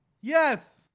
Yes